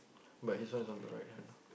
but he's one is on the right